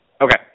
Okay